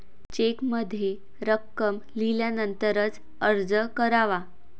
चेकमध्ये रक्कम लिहिल्यानंतरच अर्ज करावा